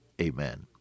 Amen